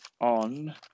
on